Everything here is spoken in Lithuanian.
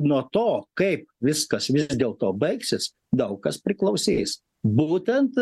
nuo to kaip viskas vis dėlto baigsis daug kas priklausys būtent